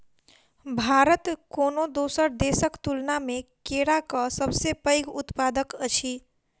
भारत कोनो दोसर देसक तुलना मे केराक सबसे पैघ उत्पादक अछि